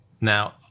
Now